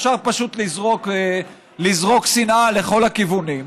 אפשר פשוט לזרוק שנאה לכל הכיוונים.